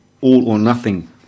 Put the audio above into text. all-or-nothing